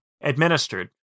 administered